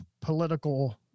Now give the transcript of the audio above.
political